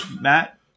Matt